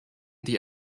die